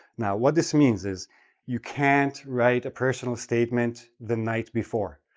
now, what this means is you can't write a personal statement the night before.